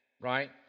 right